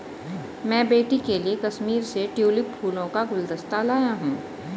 मैं बेटी के लिए कश्मीर से ट्यूलिप फूलों का गुलदस्ता लाया हुं